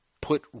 put